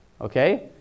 Okay